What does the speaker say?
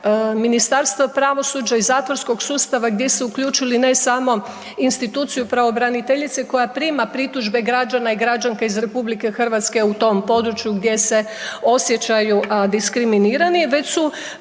Ministarstva pravosuđa i zatvorskog sustava gdje su uključili ne smo instituciju pravobraniteljice koja prima pritužbe građana i građanka iz RH u tom području gdje se osjećaju diskriminirani, već su